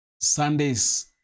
Sundays